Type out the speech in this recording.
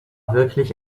wirklich